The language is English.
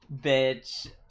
bitch